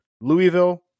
Louisville